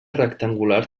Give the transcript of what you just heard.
rectangular